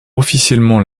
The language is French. officiellement